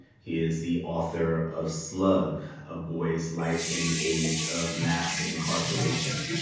he is the author of slugg a boy's life in the age of mass incarceration.